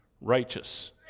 righteous